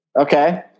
Okay